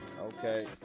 Okay